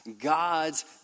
God's